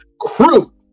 Crew